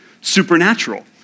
supernatural